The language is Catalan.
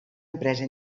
empresa